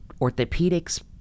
orthopedics